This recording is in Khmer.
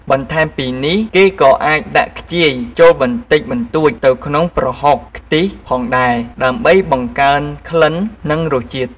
បន្ថែមពីនេះគេក៏អាចដាក់ខ្ជាយចូលបន្តិចបន្តួចទៅក្នុងប្រហុកខ្ទិះផងដែរ ដើម្បីបង្កើនក្លិន និងរសជាតិ។